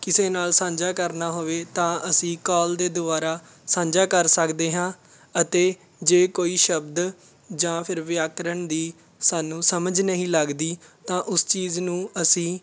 ਕਿਸੇ ਨਾਲ ਸਾਂਝਾ ਕਰਨਾ ਹੋਵੇ ਤਾਂ ਅਸੀਂ ਕੋਲ ਦੇ ਦੁਆਰਾ ਸਾਂਝਾ ਕਰ ਸਕਦੇ ਹਾਂ ਅਤੇ ਜੇ ਕੋਈ ਸ਼ਬਦ ਜਾਂ ਫਿਰ ਵਿਆਕਰਨ ਦੀ ਸਾਨੂੰ ਸਮਝ ਨਹੀਂ ਲੱਗਦੀ ਤਾਂ ਉਸ ਚੀਜ਼ ਨੂੰ ਅਸੀਂ